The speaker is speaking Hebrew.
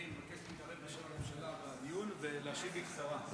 אני מבקש להתערב בשם הממשלה בדיון ולהשיב בקצרה.